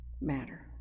matter